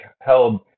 held